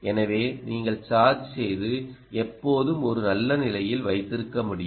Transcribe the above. எனவே நீங்கள் சார்ஜ் செய்து எப்போதும் ஒரு நல்ல நிலையில் வைத்திருக்க முடியும்